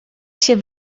się